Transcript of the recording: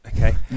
okay